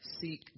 Seek